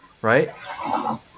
right